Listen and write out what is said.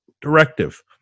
directive